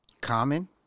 common